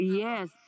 yes